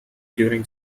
during